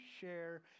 share